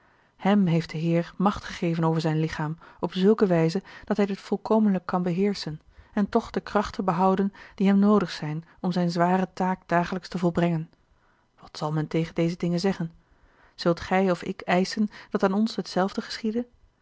hem heeft de heer macht gegeven over zijn lichaam op zulke wijze dat hij dit volkomenlijk kan beheerschen en toch de krachten behouden die hem noodig zijn om zijne zware taak dagelijks te volbrengen wat zal men tegen deze dingen zeggen zult gij of ik eischen dat aan ons hetzelfde geschiedde